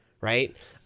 right